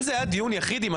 אם זה היה דיון עם הצבעה,